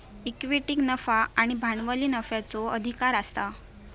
इक्विटीक नफा आणि भांडवली नफ्याचो अधिकार आसा